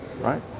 right